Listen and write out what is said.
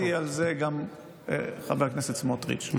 שאל אותי על זה גם חבר הכנסת סמוטריץ'.